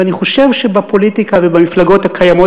ואני חושב שבפוליטיקה ובמפלגות הקיימות